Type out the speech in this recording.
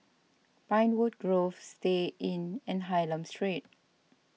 Pinewood Grove Istay Inn and Hylam Street